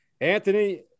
Anthony